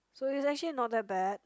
so it's actually not that bad